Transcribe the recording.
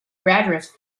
graduates